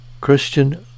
Christian